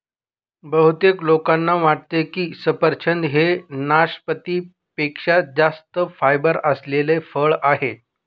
बहुतेक लोकांना वाटते की सफरचंद हे नाशपाती पेक्षा जास्त फायबर असलेले फळ आहे